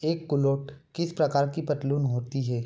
एक कुलोट किस प्रकार की पतलून होती है